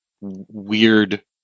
weird